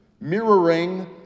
mirroring